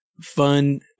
fun